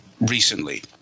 recently